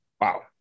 Wow